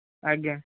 ଆଜ୍ଞା